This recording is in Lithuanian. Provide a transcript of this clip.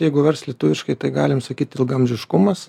jeigu verst lietuviškai tai galim sakyt ilgaamžiškumas